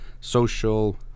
social